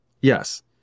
Yes